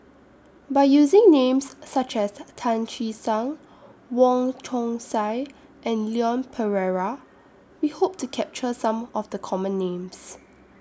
By using Names such as Tan Che Sang Wong Chong Sai and Leon Perera We Hope to capture Some of The Common Names